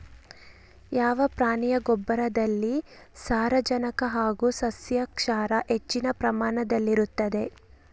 ಯಾವ ಪ್ರಾಣಿಯ ಗೊಬ್ಬರದಲ್ಲಿ ಸಾರಜನಕ ಹಾಗೂ ಸಸ್ಯಕ್ಷಾರ ಹೆಚ್ಚಿನ ಪ್ರಮಾಣದಲ್ಲಿರುತ್ತದೆ?